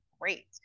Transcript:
great